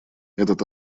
этот